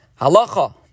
Halacha